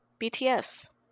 BTS